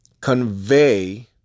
convey